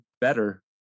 better